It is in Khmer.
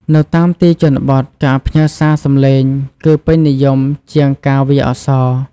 នៅតាមទីជនបទការផ្ញើសារសំឡេង គឺពេញនិយមជាងការវាយអក្សរ។